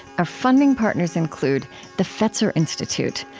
our funding partners include the fetzer institute,